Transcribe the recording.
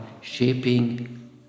shaping